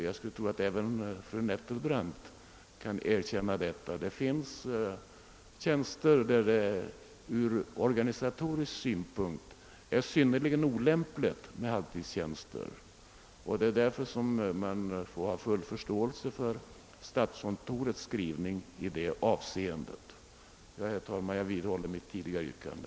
Jag skulle tro att även fru Nettelbrandt kan erkänna det. Det finns arbetsuppgifter beträffande vilka man kan säga att det ur organisatorisk synpunkt är synnerligen olämpligt med halvtidstjänster. Därför måste man ha full förståelse för statskontorets skrivning i detta avseende. Herr talman! Jag vidhåller mitt tidigare yrkande.